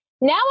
Now